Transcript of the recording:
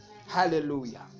Hallelujah